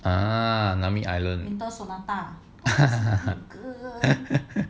ah nami island